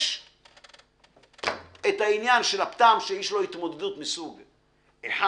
יש את העניין של הפטם שיש לו התמודדות מסוג אחד,